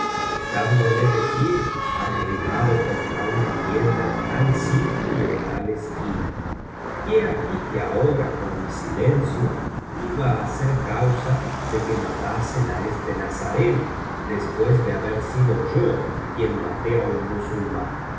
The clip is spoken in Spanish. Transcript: dejándole de pie arrimado contra una tienda en tal sitio y en tal esquina y he aquí que ahora con mi silencio iba á ser causa de que matasen a este nazareno después de haber sido yo quien mató á un musulmán